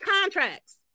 contracts